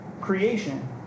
creation